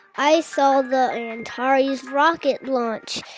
i saw the antares rocket launch.